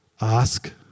ask